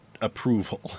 approval